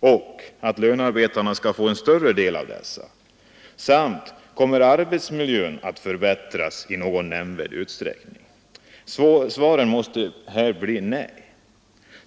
och får lönarbetarna en större del av dessa? Kommer arbetsmiljön att förbättras i någon nämnvärd utsträckning? Svaren måste bli nej.